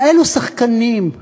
כאלה שחקנים,